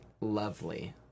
lovely